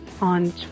on